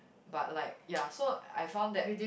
but like ya so I found that